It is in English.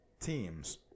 teams